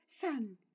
son